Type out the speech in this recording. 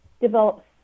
develop